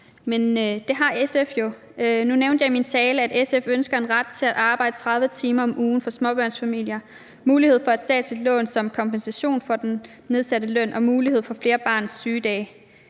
Men det har SF jo. Nu nævnte jeg i min tale, at SF ønsker en ret for småbørnsforældre til at arbejde 30 timer om ugen, mulighed for et statsligt lån som kompensation for den nedsatte løn og mulighed for flere barn syg-dage.